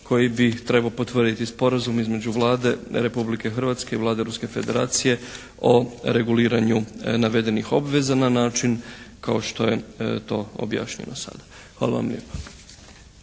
koji bi trebao potvrditi sporazum između Vlade Republike Hrvatske i Vlade Ruske federacije o reguliranju navedenih obveza na način kao što je to objašnjeno sada. Hvala vam lijepa.